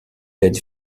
l’aide